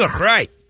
right